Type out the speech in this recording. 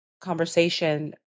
conversation